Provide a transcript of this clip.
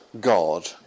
God